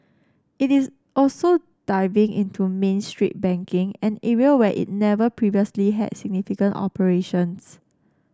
it is also diving into Main Street banking an area where it never previously had significant operations